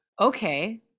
Okay